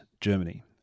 Germany